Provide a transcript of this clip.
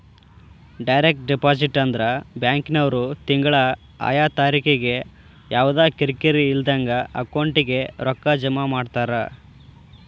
direct deposit ಅಂದ್ರ ಬ್ಯಾಂಕಿನ್ವ್ರು ತಿಂಗ್ಳಾ ಆಯಾ ತಾರಿಕಿಗೆ ಯವ್ದಾ ಕಿರಿಕಿರಿ ಇಲ್ದಂಗ ಅಕೌಂಟಿಗೆ ರೊಕ್ಕಾ ಜಮಾ ಮಾಡ್ತಾರ